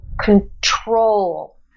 control